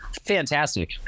fantastic